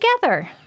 together